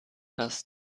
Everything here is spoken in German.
das